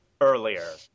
Earlier